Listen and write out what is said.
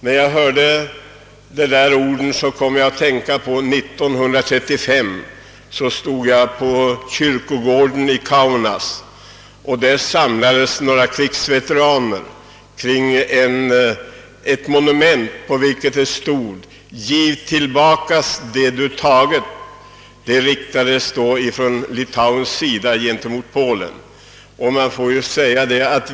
När jag hörde dessa ord kom jag att tänka på hur jag år 1935 stod på kyrkogården i Kaunas, där några krigsveteraner samlades kring ett monument, på vilket det stod: »Giv tillbaka vad du tagit!» Det var Litauen som riktade denna maning till Polen.